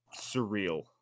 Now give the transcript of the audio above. surreal